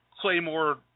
Claymore